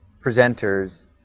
presenters